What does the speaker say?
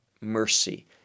mercy